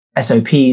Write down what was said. SOPs